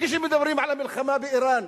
כשמדברים על המלחמה באירן,